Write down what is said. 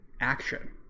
action